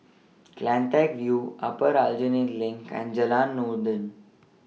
CleanTech View Upper Aljunied LINK and Jalan Noordin